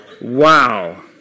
Wow